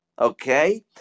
okay